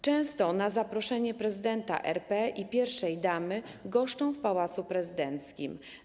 Często na zaproszenie prezydenta RP i pierwszej damy goszczą w Pałacu Prezydenckim.